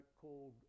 called